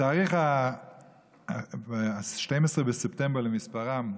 בתאריך 12 בספטמבר למניינם,